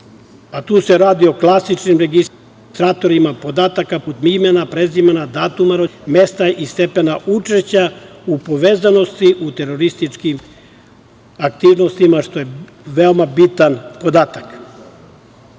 a tu se radi o klasičnim registratorima podataka, poput imena, prezimena, datuma rođenja, mesta i stepena učešća u povezanosti u terorističkim aktivnostima, što je veoma bitan podatak. Radi